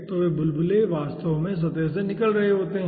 तो वे बुलबुले वास्तव में सतह से निकल रहे होते हैं